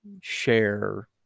share